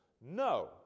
No